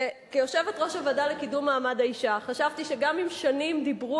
וכיושבת-ראש הוועדה לקידום מעמד האשה חשבתי שגם אם שנים דיברו